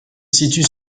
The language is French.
situe